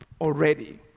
already